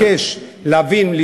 להתייחס לליקויים האלה,